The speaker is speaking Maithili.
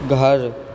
घर